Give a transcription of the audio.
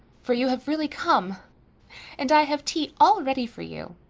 for you have really come and i have tea all ready for you.